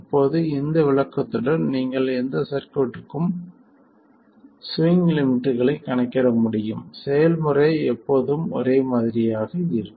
இப்போது இந்த விளக்கத்துடன் நீங்கள் எந்த சர்க்யூட்க்கும் ஸ்விங் லிமிட்களை கணக்கிட முடியும் செயல்முறை எப்போதும் ஒரே மாதிரியாக இருக்கும்